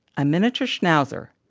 a miniature schnauzer,